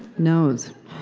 knows.